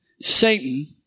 Satan